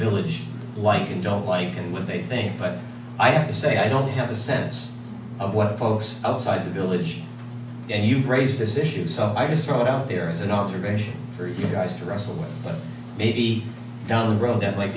village like and don't like and what they think but i have to say i don't have a sense of what folks outside the village and you've raised this issue so i just rode out there as an observation for you guys to wrestle with but maybe down the road